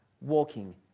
walking